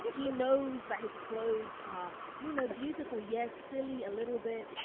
he knows that his clothes are you know beautiful yes silly a little bit.